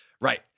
right